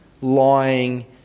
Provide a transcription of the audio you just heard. lying